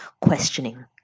questioning